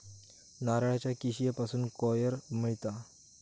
नारळाच्या किशीयेपासून कॉयर मिळता